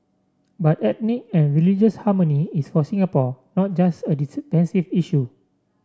but ethnic and religious harmony is for Singapore not just a defensive issue